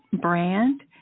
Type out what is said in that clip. brand